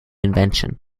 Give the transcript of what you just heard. invention